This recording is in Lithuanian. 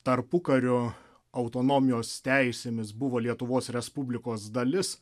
tarpukariu autonomijos teisėmis buvo lietuvos respublikos dalis